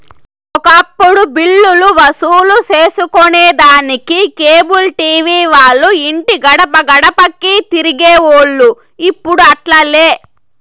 ఒకప్పుడు బిల్లులు వసూలు సేసుకొనేదానికి కేబుల్ టీవీ వాల్లు ఇంటి గడపగడపకీ తిరిగేవోల్లు, ఇప్పుడు అట్లాలే